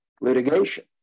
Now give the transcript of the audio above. litigation